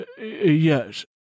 Yes